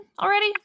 already